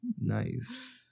Nice